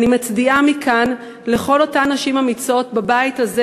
אני מצדיעה מכאן לכל אותן נשים אמיצות בבית הזה